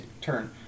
turn